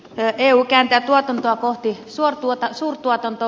eu kääntää tuotantoa kohti suurtuotantomallia